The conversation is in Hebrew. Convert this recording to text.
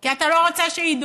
כי אתה לא רוצה שידעו,